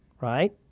right